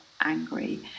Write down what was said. angry